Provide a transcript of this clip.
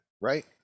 right